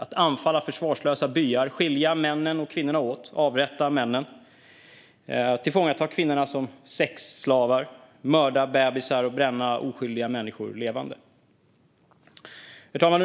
att anfalla försvarslösa byar, skilja männen och kvinnorna åt, avrätta männen, tillfångata kvinnorna som sexslavar, mörda bebisar och bränna oskyldiga människor levande. Herr talman!